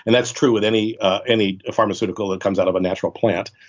and that's true with any any pharmaceutical that comes out of a natural plant.